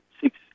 six